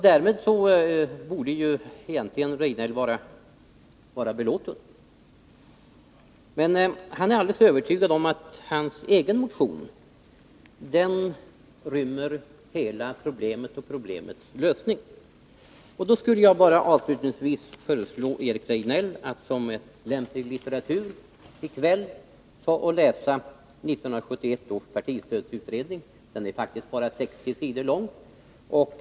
Därmed borde egentligen Eric Rejdnell vara belåten, men han är alldeles övertygad om att hans egen motion rymmer hela problemet och problemets lösning. Jag skulle då vilja föreslå Eric Rejdnell att som lämplig litteratur i kväll ta och läsa 1971 års partistödsutredning. Det gäller faktiskt bara 60 sidors läsning.